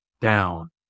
down